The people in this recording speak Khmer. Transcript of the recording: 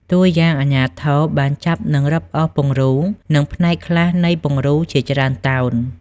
តួយ៉ាង អាជ្ញាធរបានចាប់និងរឹបអូសពង្រូល និងផ្នែកខ្លះនៃពង្រូលជាច្រើនតោន។